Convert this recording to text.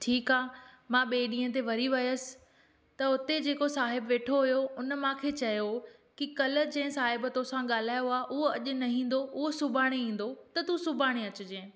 ठीक आहे मां ॿिए ॾींहं ते वरी वयसि त उते जेको साहिबु वेठो हुयो उन मूंखे चयो कि कल्ह जंहिं साहिब तोसां ॻाल्हायो आहे उहो अॼु न ईंदो उहो सुभाणे ईंदो त तूं सुभाणे अचजएं